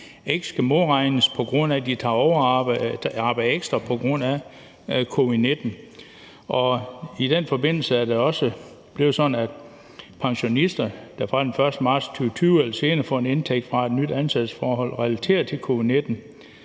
ikke skal modregnes, på grund af at ægtefællen har arbejdet ekstra på grund af covid-19. I den forbindelse er det også blevet sådan for pensionister, der fra den 1. marts 2020 eller senere får en indtægt fra et nyt ansættelsesforhold relateret til covid-19,